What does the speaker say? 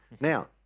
Now